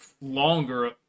longer